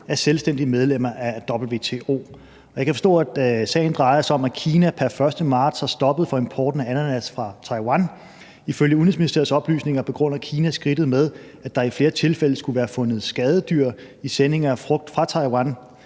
er selvstændige medlemmer af WTO. Jeg kan forstå, at sagen drejer sig om, at Kina pr. 1. marts har stoppet for importen af ananas fra Taiwan. Ifølge Udenrigsministeriets oplysninger begrunder Kina skridtet med, at der i flere tilfælde skulle være fundet skadedyr i sendinger af frugt fra Taiwan.